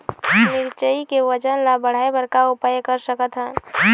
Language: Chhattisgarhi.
मिरचई के वजन ला बढ़ाएं बर का उपाय कर सकथन?